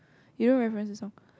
you know right my friends some